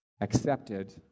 accepted